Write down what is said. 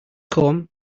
come